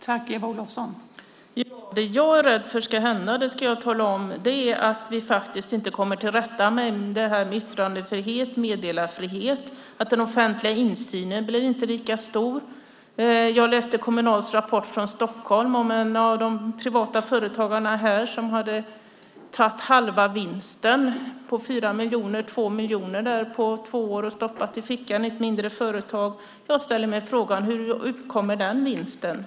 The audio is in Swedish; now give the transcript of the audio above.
Fru talman! Det jag är rädd för ska hända ska jag tala om. Jag är rädd för att vi inte kommer till rätta med yttrandefriheten och meddelarfriheten och att den offentliga insynen inte blir lika stor. Jag läste Kommunals rapport från Stockholm om en av de privata företagarna i ett mindre företag här som hade tagit halva vinsten på 4 miljoner på två år, det vill säga 2 miljoner, och stoppat i fickan. Jag ställer mig frågan hur den vinsten uppkommer.